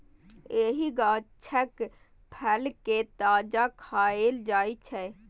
एहि गाछक फल कें ताजा खाएल जाइ छै